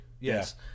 Yes